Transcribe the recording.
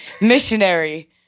missionary